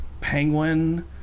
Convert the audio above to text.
penguin